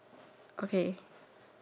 okay